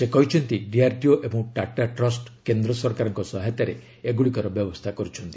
ସେ କହିଛନ୍ତି ଡିଆର୍ଡିଓ ଏବଂ ଟାଟା ଟ୍ଷ୍ଟ କେନ୍ଦ୍ର ସରକାରଙ୍କ ସହାୟତାରେ ଏଗୁଡ଼ିକର ବ୍ୟବସ୍ଥା କରୁଛନ୍ତି